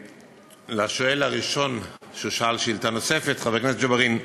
לשואל הראשון ששאל שאלה נוספת, חבר הכנסת ג'בארין: